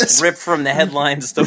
ripped-from-the-headlines